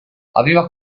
aveva